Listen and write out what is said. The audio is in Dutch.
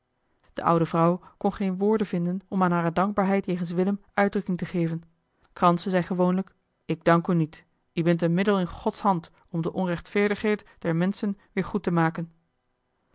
de oude vrouw kon geen woorden vinden om aan hare dankbaarheid jegens willem uitdrukking te geven kranse zei gewoonlijk ik dank oe niet ie bint een middel in gods hand om de onrechtveerdigheid der menschen weer goed te maken